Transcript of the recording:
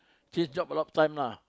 change job a lot time lah